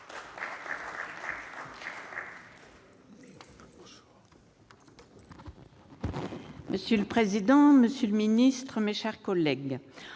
Monsieur le président, monsieur le ministre, mes chers collègues,